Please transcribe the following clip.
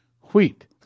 wheat